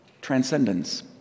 transcendence